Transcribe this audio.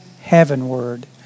heavenward